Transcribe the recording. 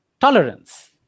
tolerance